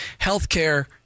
healthcare